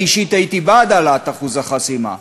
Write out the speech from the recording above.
אני אישית הייתי בעד העלאת אחוז החסימה.